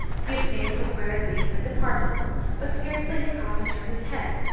he obtained the required leave and departed but scarcely had coffin turned his head,